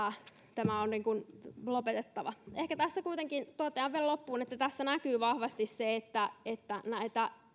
tämä on niin kuin lopetettava ehkä tästä kuitenkin totean vielä loppuun että tässä näkyy vahvasti se että että tätä